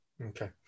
okay